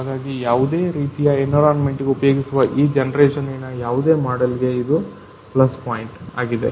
ಹಾಗಾಗಿ ಯಾವುದೇ ರೀತಿಯ ಎನ್ವಿರಾನ್ಮೆಂಟ್ಗೆ ಉಪಯೋಗಿಸುವ ಈ ಜನರೇಶನ್ನಿನ ಯಾವುದೇ ಮಾಡೆಲ್ಗೆ ಇದು ಪ್ಲಸ್ ಪಾಯಿಂಟ್ ಆಗಿದೆ